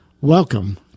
welcome